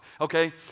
Okay